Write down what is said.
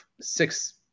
six